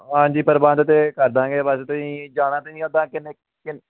ਹਾਂਜੀ ਪ੍ਰਬੰਧ ਤਾਂ ਕਰ ਦਾਂਗੇ ਬਸ ਤੁਸੀਂ ਜਾਣਾ ਤਾਂ ਨਹੀਂ ਉੱਦਾਂ ਕਿੰਨੇ ਕਿਨ